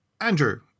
Andrew